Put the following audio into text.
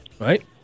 right